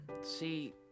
See